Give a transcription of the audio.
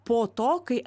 po to kai